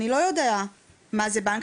ואני לא יודע מה זה בנק,